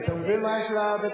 אתה מבין מה יש לבית"ריסטים?